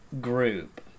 group